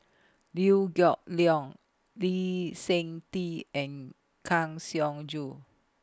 Liew Geok Leong Lee Seng Tee and Kang Siong Joo